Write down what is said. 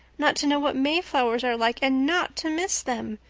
not to know what mayflowers are like and not to miss them.